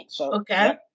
Okay